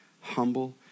humble